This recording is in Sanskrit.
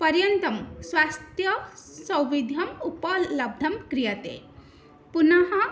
पर्यन्तं स्वास्थ्यसौविध्यम् उपलब्धं क्रियते पुनः